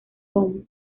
home